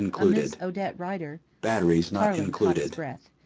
a miss odette rider tarling caught his breath.